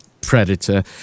predator